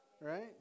right